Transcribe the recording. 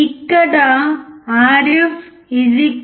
ఇక్కడ R f R 2